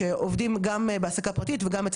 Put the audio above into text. ואם חברת הסיעוד הוא כבר לא עובד איתה,